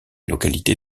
localité